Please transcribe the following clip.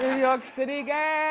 new york city girl